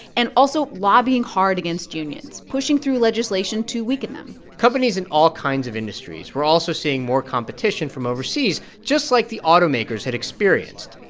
and also lobbying hard against unions, pushing through legislation to weaken them companies in all kinds of industries were also seeing more competition from overseas, just like the automakers had experienced.